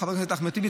חבר הכנסת אחמד טיבי,